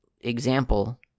example